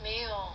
没有